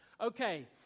okay